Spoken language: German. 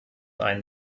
einen